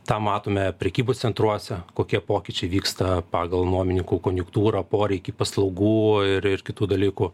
tą matome prekybos centruose kokie pokyčiai vyksta pagal nuomininkų konjunktūrą poreikį paslaugų ir ir kitų dalykų